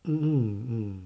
嗯嗯嗯